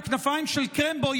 וכנפיים של קרמבו,